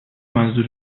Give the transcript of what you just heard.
منظور